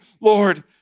Lord